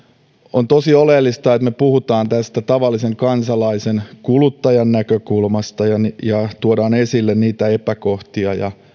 on tosi oleellista että me puhumme tästä tavallisen kansalaisen kuluttajan näkökulmasta ja tuomme esille niitä epäkohtia ja